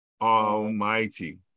almighty